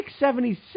.676